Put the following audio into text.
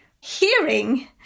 Hearing